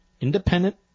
independent